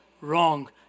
wrong